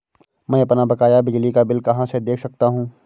मैं अपना बकाया बिजली का बिल कहाँ से देख सकता हूँ?